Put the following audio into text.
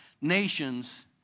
nations